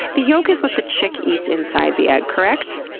the yolk is with the chic eats inside the egg. correct?